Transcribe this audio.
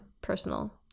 personal